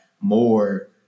more